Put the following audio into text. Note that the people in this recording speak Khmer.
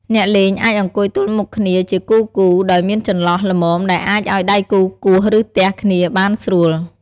អ្នកលេងអាចអង្គុយទល់មុខគ្នាជាគូៗ ដោយមានចន្លោះល្មមដែលអាចឱ្យដៃគូគោះ ឬទះគ្នាបានស្រួល។